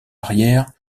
arrière